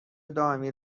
دائمی